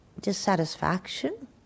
dissatisfaction